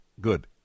good